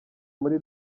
muri